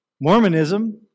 Mormonism